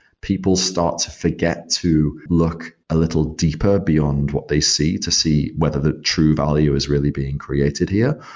people start to forget to look a little deeper beyond what they see to see whether the true value is really being created here,